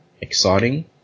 exciting